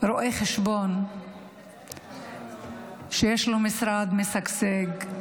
רואה חשבון שיש לו משרד משגשג,